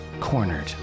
cornered